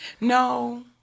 No